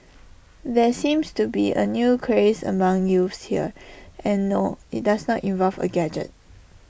there seems to be A new craze among youths here and no IT does not involve A gadget